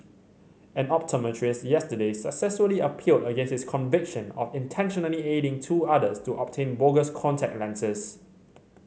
an optometrist yesterday successfully appealed against his conviction of intentionally aiding two others to obtain bogus contact lenses